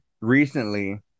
recently